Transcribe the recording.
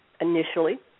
initially